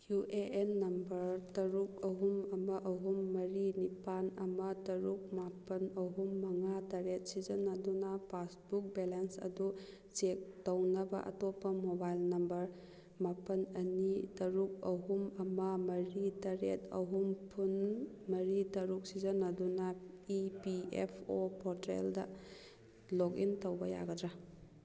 U A N number ꯇꯔꯨꯛ ꯑꯍꯨꯝ ꯑꯃ ꯑꯍꯨꯝ ꯃꯔꯤ ꯅꯤꯄꯥꯜ ꯑꯃ ꯇꯔꯨꯛ ꯃꯥꯄꯜ ꯑꯍꯨꯝ ꯃꯉꯥ ꯇꯔꯦꯠ ꯁꯤꯖꯤꯟꯅꯗꯨꯅ ꯄꯥꯁꯕꯨꯛ ꯕꯦꯂꯦꯟꯁ ꯑꯗꯨ ꯆꯦꯛ ꯇꯧꯅꯕ ꯑꯇꯣꯞꯄ ꯃꯣꯕꯥꯏꯜ ꯅꯝꯕꯔ ꯃꯥꯄꯜ ꯑꯅꯤ ꯇꯔꯨꯛ ꯑꯍꯨꯝ ꯑꯃ ꯃꯔꯤ ꯇꯔꯦꯠ ꯑꯍꯨꯝ ꯐꯨꯟ ꯃꯔꯤ ꯇꯔꯨꯛ ꯁꯤꯖꯤꯟꯅꯗꯨꯅ ꯏ ꯄꯤ ꯑꯦꯐ ꯑꯣ ꯄꯣꯔꯇ꯭ꯔꯦꯜꯗ ꯂꯣꯛꯏꯟ ꯇꯧꯕ ꯌꯥꯒꯗ꯭ꯔꯥ